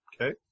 Okay